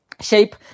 shape